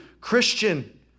christian